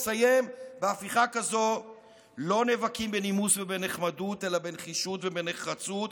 בהפיכה כזאת לא נאבקים בנימוס ובנחמדות אלא בנחישות ובנחרצות.